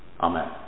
Amen